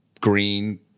green